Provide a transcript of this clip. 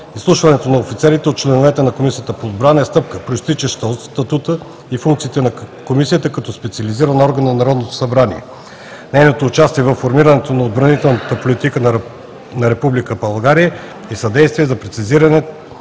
Изслушването на офицерите от членовете на Комисията по отбрана е стъпка, произтичаща от статута и функциите на Комисията като специализиран орган на Народното събрание. Нейното участие във формирането на отбранителната политика на Република България и съдействие за прецизното